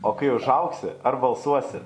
o kai užaugsi ar balsuosi